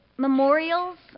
Memorials